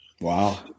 Wow